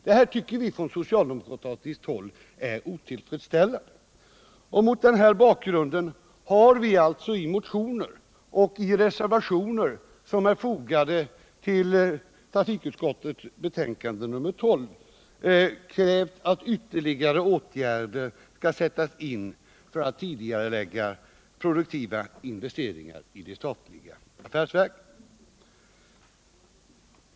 Detta tycker vi på socialdemokratiskt håll är otillfredsställande, och mot denna bakgrund har vi i motioner och i reservationer vid trafikutskottets betänkande nr 12 krävt att ytterligare åtgärder skall sättas in för att tidigarelägga produktiva investeringar i de statliga affärsverken.